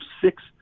six